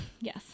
yes